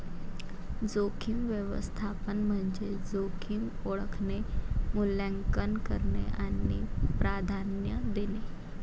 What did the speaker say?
जोखीम व्यवस्थापन म्हणजे जोखीम ओळखणे, मूल्यांकन करणे आणि प्राधान्य देणे